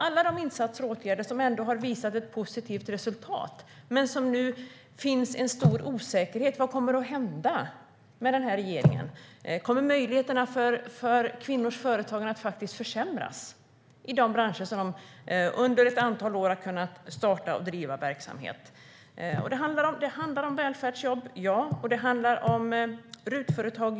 Alla dessa insatser och åtgärder har ändå visat ett positivt resultat, men det finns en stor osäkerhet om vad som kommer att hända med denna regering. Kommer möjligheterna för kvinnors företagande att försämras i de branscher där de under ett antal år har kunnat starta och driva verksamhet? Det handlar om välfärdsjobb, och det handlar om RUT-företag.